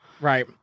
Right